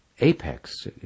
apex